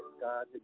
God